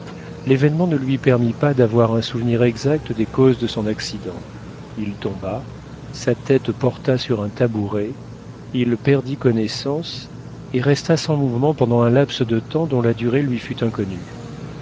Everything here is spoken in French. l'événement ne lui permit pas d'avoir un souvenir exact des causes de son accident il tomba sa tête porta sur un tabouret il perdit connaissance et resta sans mouvement pendant un laps de temps dont la durée lui fut inconnue